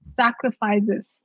sacrifices